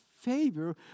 favor